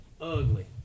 Ugly